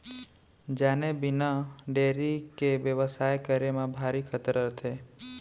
जाने बिना डेयरी के बेवसाय करे म भारी खतरा रथे